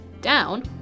down